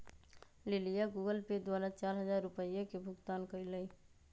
लिलीया Google pay द्वारा चार हजार रुपिया के भुगतान कई लय